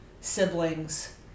siblings